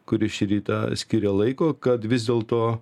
kuri šį rytą skyrė laiko kad vis dėlto